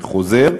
אני חוזר: